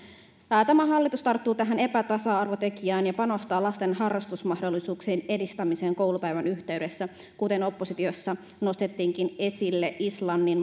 tämä tämä hallitus tarttuu tähän epätasa arvotekijään ja panostaa lasten harrastusmahdollisuuksien edistämiseen koulupäivän yhteydessä kuten oppositiossa nostettiinkin esille islannin